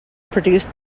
produced